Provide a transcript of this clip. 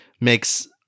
makes